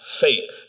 faith